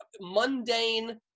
mundane